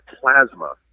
plasma